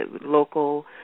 local